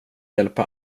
hjälpa